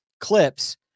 clips